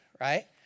Right